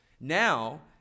Now